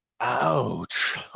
Ouch